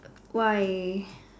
why